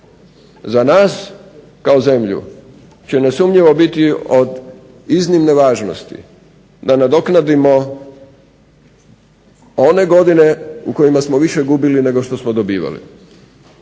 Za nas kao zemlju će nesumnjivo biti od iznimne važnosti da nadoknadimo one godine u kojima smo više gubili nego što smo dobivali.